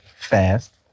fast